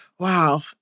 Wow